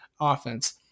offense